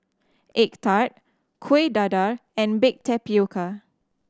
egg tart Kuih Dadar and baked tapioca